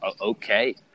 okay